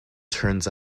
turns